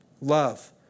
love